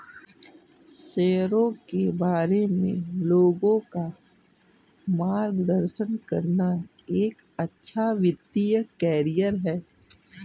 शेयरों के बारे में लोगों का मार्गदर्शन करना एक अच्छा वित्तीय करियर है